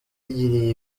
yagiriye